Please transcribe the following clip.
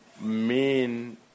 men